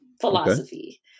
philosophy